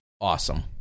awesome